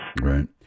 Right